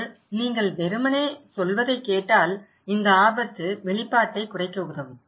ஆனால் நீங்கள் வெறுமனே சொல்வதை கேட்டால் இந்த ஆபத்து வெளிப்பாட்டைக் குறைக்க உதவும்